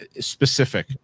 Specific